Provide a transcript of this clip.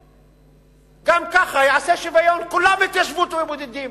גם ככה ייעשה שוויון, כולם התיישבות בבודדים,